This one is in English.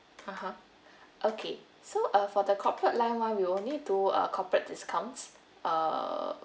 (uh huh) okay so uh for the corporate line [one] we only do uh a corporate discounts uh